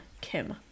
Kim